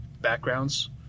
backgrounds